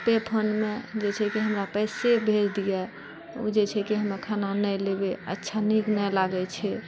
पे phone मे जे छै कि हमरा पैसे भेज दिअ ओ जे छै कि हमे खाना नहि लेबय अच्छा नीक नहि लागैत छै